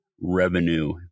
revenue